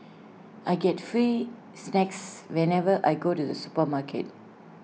I get free snacks whenever I go to the supermarket